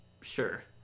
Sure